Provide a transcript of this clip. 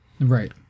Right